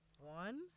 One